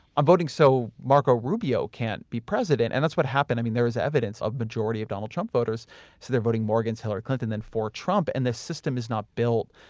i'm voting so marco rubio can't be president and that's what happened. i mean, there was evidence of majority of donald trump voters, say they're voting more against hillary clinton then for trump and this system is not built.